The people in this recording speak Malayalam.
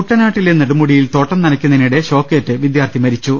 കുട്ടനാട്ടിലെ നെടുമുടിയിൽ തോട്ടം നിനയ്ക്കുന്നതിനിടെ ഷോക്കേറ്റ് വിദ്യാർത്ഥി മരിച്ചു